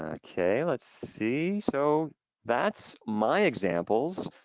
ah okay, let's see, so, that's my examples.